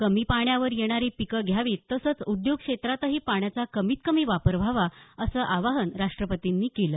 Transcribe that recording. कमी पाण्यावर येणारी पिकं घ्यावीत तसंच उद्योग क्षेत्रातही पाण्याचा कमीत कमी वापर व्हावा असं आवाहन राष्ट्रपतींनी केलं